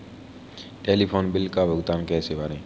Telephone bill का भुगतान कैसे करें?